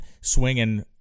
swinging